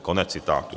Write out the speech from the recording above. Konec citátu.